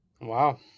Wow